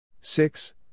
Six